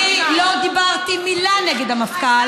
אני לא אמרתי מילה נגד המפכ"ל.